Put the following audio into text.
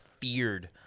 feared